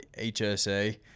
hsa